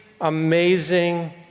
amazing